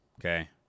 Okay